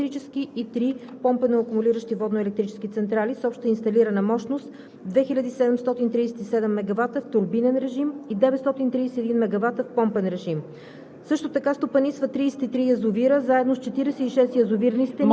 НЕК притежава 31 водноелектрически централи – 28 водноелектрически и 3 помпено-акумулиращи водноелектрически централи с обща инсталирана мощност 2737 мегавата в турбинен режим и 931 мегавата в помпен режим.